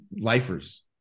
lifers